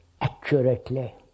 accurately